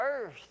earth